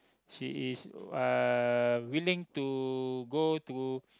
she is uh willing to go through